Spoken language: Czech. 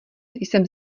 jsem